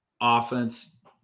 offense